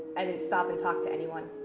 i didn't stop and talk to anyone.